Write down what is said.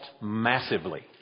massively